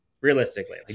Realistically